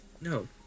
no